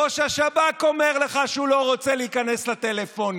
ראש השב"כ אומר לך שהוא לא רוצה להיכנס לטלפונים.